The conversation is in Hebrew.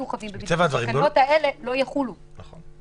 התקנות האלה לא יחולו עליהם,